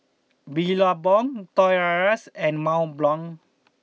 Billabong Toys R U S and Mont Blanc